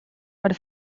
per